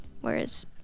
whereas